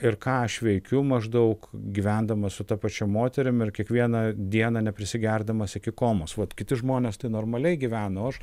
ir ką aš veikiu maždaug gyvendamas su ta pačia moterim ir kiekvieną dieną ne prisigerdamas iki komos vat kiti žmonės tai normaliai gyvena o aš